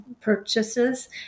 purchases